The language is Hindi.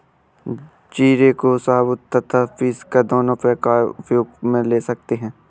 जीरे को साबुत तथा पीसकर दोनों प्रकार उपयोग मे ले सकते हैं